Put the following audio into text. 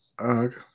Okay